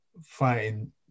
fighting